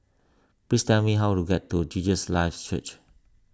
please tell me how to get to Jesus Lives Church